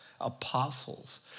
apostles